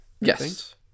Yes